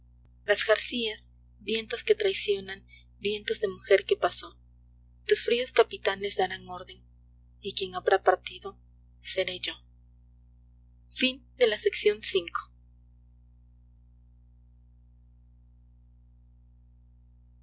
las jarcias vientos que traicionan vientos de mujer que pasó tus fríos capitanes darán orden y quien habrá partido seré yo